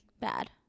bad